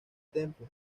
temple